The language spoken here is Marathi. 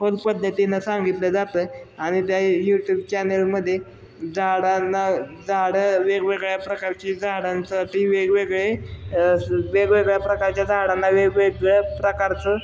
फूल पद्धतीनं सांगितलं जातं आणि त्या यूट्यूब चॅनलमध्ये झाडांना झाडं वेगवेगळ्या प्रकारची झाडांसाठी वेगवेगळे वेगवेगळ्या प्रकारच्या झाडांना वेगवेगळ्या प्रकारचं